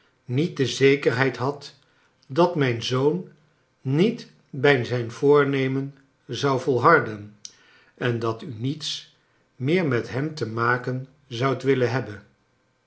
niet de zekerheid had dat mijn zoon niet bij zijn voornemen zou volharden en dat u niets meer met hem te maken zoudt willen hebben